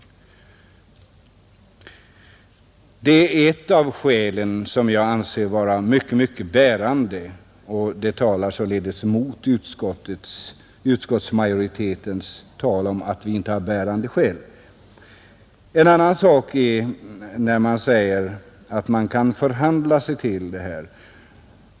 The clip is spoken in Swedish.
Detta är ett av skälen som jag anser bärande. Det talar således emot utskottsmajoritetens uppfattning att vi inte kan anföra några bärande skäl. En annan sak är talet om att man kan förhandla sig till det här.